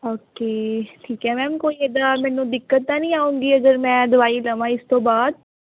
okay ਠੀਕ ਹੈ ma'am ਕੋਈ ਇਦਾਂ ਮੈਨੂੰ ਦਿੱਕਤ ਤਾਂ ਨਹੀਂ ਆਉਗੀ ਅਗਰ ਮੈਂ ਦਵਾਈ ਲਵਾਂ ਇਸ ਤੋਂ ਬਾਅਦ